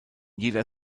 jeder